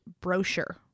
Brochure